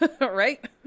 right